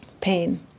pain